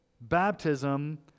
baptism